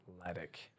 athletic